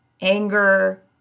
anger